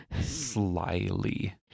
Slyly